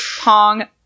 Pong